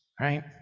right